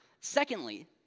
Secondly